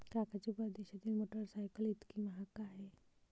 काका जी, परदेशातील मोटरसायकल इतकी महाग का आहे?